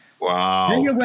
wow